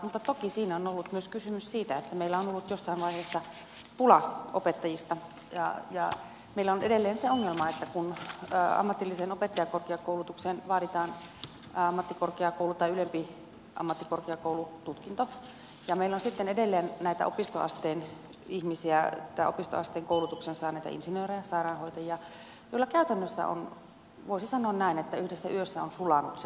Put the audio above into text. mutta toki siinä on ollut kysymys myös siitä että meillä on ollut jossain vaiheessa pula opettajista ja meillä on edelleen se ongelma että kun ammatilliseen opettajakorkeakoulutukseen vaaditaan ammattikorkeakoulu tai ylempi ammattikorkeakoulututkinto ja meillä on edelleen opistoasteen ihmisiä opistoasteen koulutuksen saaneita insinöörejä sairaanhoitajia joilla käytännössä voisi sanoa näin yhdessä yössä on sulanut se tutkinto alta